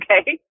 okay